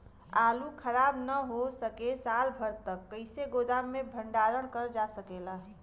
आलू खराब न हो सके साल भर तक कइसे गोदाम मे भण्डारण कर जा सकेला?